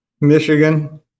Michigan